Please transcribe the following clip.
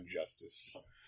Justice